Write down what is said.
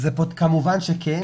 כמובן שכן,